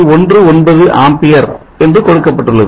19 ampere என்று கொடுக்கப்பட்டுள்ளது